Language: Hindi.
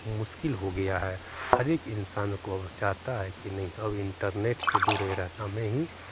मुश्किल हो गया है हरेक इन्सान को वह चाहता है कि नहीं अब इन्टरनेट से जुड़े रहने में ही